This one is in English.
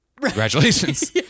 congratulations